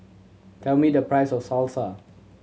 tell me the price of Salsa